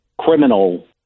criminal